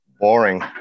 boring